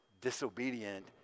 disobedient